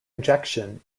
injection